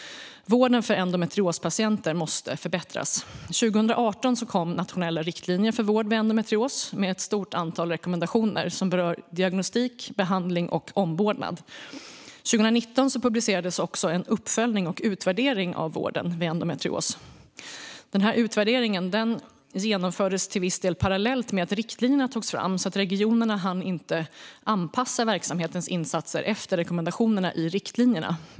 Vården för endometriospatienter måste förbättras. År 2018 kom nationella riktlinjer för vård av endometrios med ett stort antal rekommendationer som berör diagnostik, behandling och omvårdnad. År 2019 publicerades också en uppföljning och utvärdering av vården av endometrios. Utvärderingen genomfördes till viss del parallellt med att riktlinjerna togs fram, och därför hann regionerna inte anpassa verksamhetens insatser efter rekommendationerna i riktlinjerna.